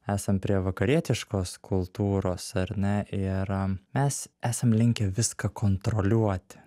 esam prie vakarietiškos kultūros ar ne ir mes esam linkę viską kontroliuoti